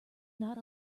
not